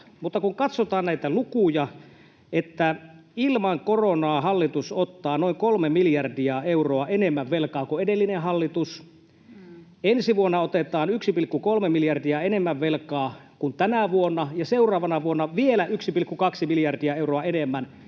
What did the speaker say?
kun katsotaan näitä lukuja, niin ilman koronaa hallitus ottaa velkaa noin 3 miljardia euroa enemmän kuin edellinen hallitus, ensi vuonna otetaan 1,3 miljardia enemmän velkaa kuin tänä vuonna ja seuraavana vuonna vielä 1,2 miljardia euroa enemmän.